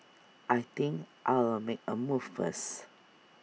I think I'll make A move first